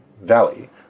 Valley